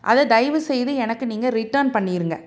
அதை தயவு செய்து எனக்கு நீங்கள் ரிட்டன் பண்ணிடுங்க